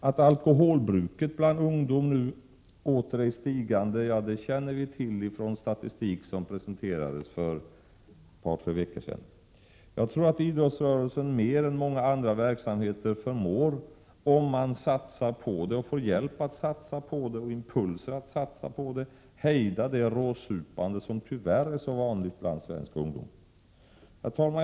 Att alkoholbruket bland ungdomen återigen ökar känner vi till genom den statistik som presenterades för två tre veckor sedan. Jag tror att idrottsrörelsen mer än andra verksamheter förmår — om man får hjälp med och impulser till satsningar på detta område — hejda det råsupande som, tyvärr, är så vanligt bland svensk ungdom. Herr talman!